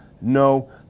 No